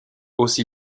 aussi